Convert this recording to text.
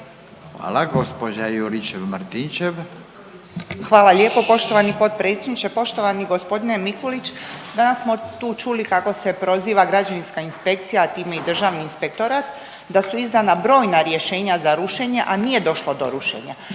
Branka (HDZ)** Hvala lijepo poštovani potpredsjedniče. Poštovani g. Mikulić, danas smo tu čuli kako se proziva građevinska inspekcija, a time i Državni inspektorat, da su izdana brojna rješenja za rušenje, a nije došlo do rušenja.